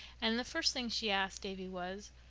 and the first thing she asked davy was,